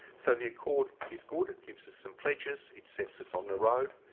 so, the accord is good. it gives us some pledges. it sets us on the road.